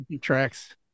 tracks